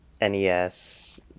NES